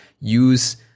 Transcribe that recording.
use